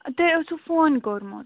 ٲں تۄہہِ اوسوٕ فون کوٚرمُت